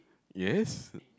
yes